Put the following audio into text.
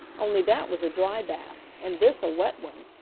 only that was a dry bath and this a wet one,